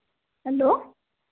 hello